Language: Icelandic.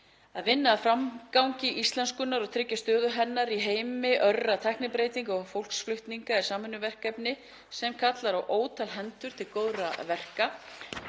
Að vinna að framgangi íslenskunnar og tryggja stöðu hennar í heimi örra tæknibreytinga og fólksflutninga er samvinnuverkefni sem kallar á ótal hendur til góðra verka.